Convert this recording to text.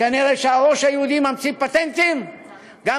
כנראה שהראש היהודי ממציא פטנטים גם